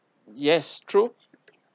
yes true